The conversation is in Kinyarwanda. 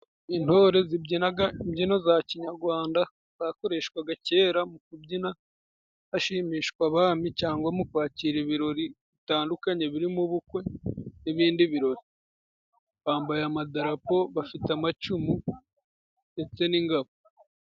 Intore zibyina imbyino za kinyarwanda. Zakoreshwaga kera mu kubyina hashimishwa abami, cyangwa mu kwakira ibirori bitandukanye, birimo ubukwe n'ibindi. Bambaye amadarapo, bafite amacumu ndetse n'ingabo.